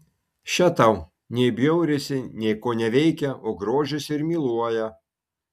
še tau nei bjaurisi nei koneveikia o grožisi ir myluoja